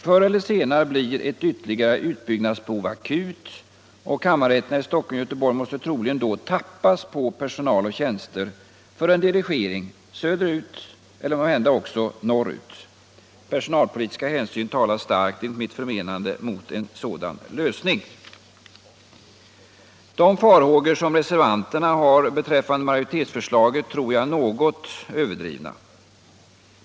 Förr eller senare blir ett ytterligare utbyggnadsbehov akut, och kammarrätterna i Stockholm och Göteborg måste troligen tappas på personal och tjänster för en dirigering söderut och möjligen också norrut. Personalpolitiska hänsyn talar starkt mot en sådan lösning. De farhågor som reservanterna har beträffande majoritetsförslaget tror jag är något överdrivna.